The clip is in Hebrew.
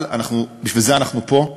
אבל בשביל זה אנחנו פה.